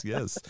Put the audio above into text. Yes